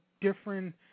Different